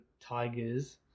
tigers